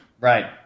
Right